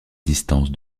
distance